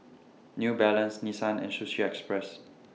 New Balance Nissan and Sushi Express